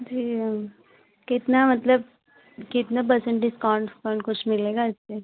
जी हाँ कितना मतलब कितना पर्सेंट डिस्काउंट उस्काउंट कुछ मिलेगा इस पर